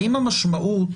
האם המשמעות